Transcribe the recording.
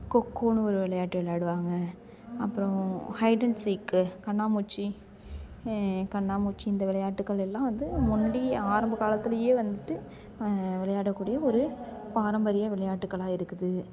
கொக்கோனு ஒரு விளையாட்டு விளையாடுவாங்க அப்பறம் ஹைட் அண்ட் சீக்கு கண்ணாமூச்சி கண்ணாமூச்சி இந்த விளையாட்டுக்கள் எல்லாம் வந்து நம்மளுடைய ஆரம்ப காலத்துலேயே வந்துட்டு விளையாடாக்கூடிய ஒரு பாரம்பரிய விளையாட்டுக்களாக இருக்குது